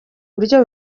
buryo